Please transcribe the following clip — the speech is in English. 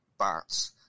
Bats